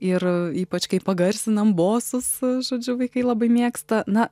ir ypač kai pagarsinam bosus žodžiu vaikai labai mėgsta na